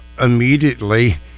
immediately